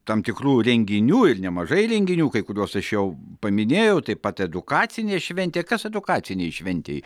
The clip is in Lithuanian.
tam tikrų renginių ir nemažai renginių kai kuriuos aš jau paminėjau taip pat edukacinė šventė kas edukacinėj šventėj